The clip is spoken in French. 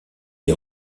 les